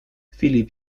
filip